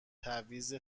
تعویض